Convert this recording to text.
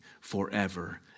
forever